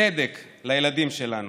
צדק לילדים שלנו.